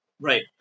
right